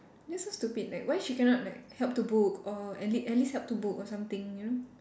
that's so stupid like why she cannot like help to book or at le~ at least help to book or something you know